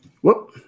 Whoop